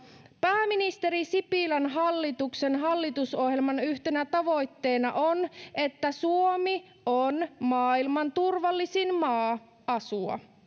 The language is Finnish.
pääministeri sipilän hallituksen hallitusohjelman yhtenä tavoitteena on että suomi on maailman turvallisin maa asua